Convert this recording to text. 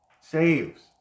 saves